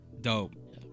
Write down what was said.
Dope